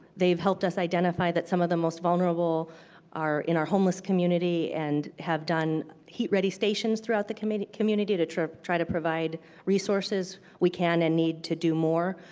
they've helped us identify that some of the most vulnerable are in our homeless community and have done heat-ready stations throughout the community community to to try to provide resources. we can and need to do more.